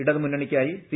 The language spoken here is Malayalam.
ഇടതുമുന്നണിയ്ക്കായി സി